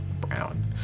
brown